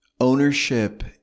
ownership